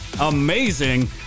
Amazing